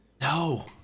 No